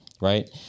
Right